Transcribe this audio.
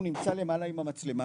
הוא נמצא למעלה עם המצלמה,